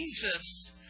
Jesus